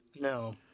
No